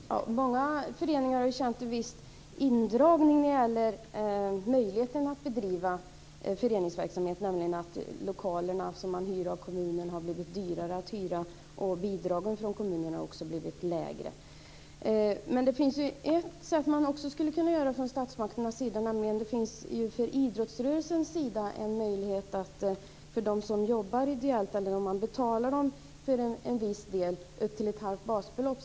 Herr talman! Många föreningar har känt av en viss indragning när det gäller möjligheterna att bedriva föreningsverksamhet, nämligen att lokaler som man hyr av kommunen blivit dyrare att hyra. Bidragen från kommunen har också blivit lägre. Det finns också en annan sak som man kunde göra från statsmakternas sida. För idrottsrörelsen finns det en möjlighet att betala dem som jobbar ideellt för en viss del, upp till ett halvt basbelopp.